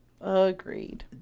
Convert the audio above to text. Agreed